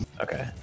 Okay